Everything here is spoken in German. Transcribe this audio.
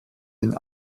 den